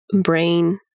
brain